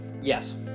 Yes